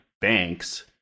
banks